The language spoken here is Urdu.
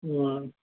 ہاں